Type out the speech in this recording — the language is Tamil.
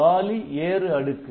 காலி ஏறு அடுக்கு